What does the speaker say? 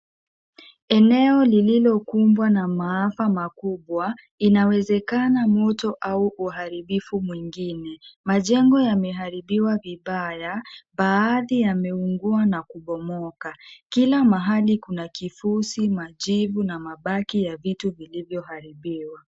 Eneo lililokumbwa na maafa makubwa, inawezekana moto au uharibifu mwingine. Majengo yameharibiwa vibaya. Baadhi yameungua na kubomoka. Kila mahali kuna kifusi, majivu na mabaki ya vitu vilivyoharibiwa.